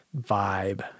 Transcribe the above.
vibe